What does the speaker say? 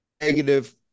negative